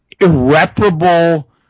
irreparable